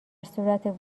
صورت